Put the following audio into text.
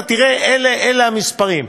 אתה תראה שאלה המספרים.